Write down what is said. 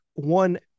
one